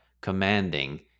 commanding